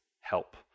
help